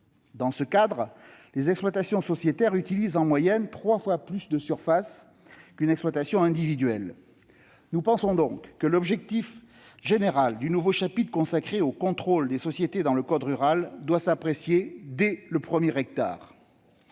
entendu que les exploitations sociétaires utilisent en moyenne trois fois plus de surface qu'une exploitation individuelle. Nous pensons donc que l'objectif général du nouveau chapitre consacré au contrôle des sociétés dans le code rural et de la pêche maritime doit s'apprécier dès le premier hectare.